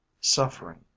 suffering